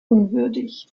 unwürdig